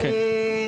כן.